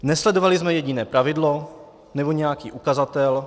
Nesledovali jsme jediné pravidlo nebo nějaký ukazatel.